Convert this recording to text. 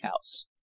house